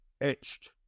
etched